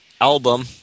album